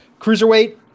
Cruiserweight